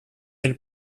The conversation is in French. elle